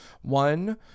one